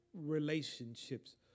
relationships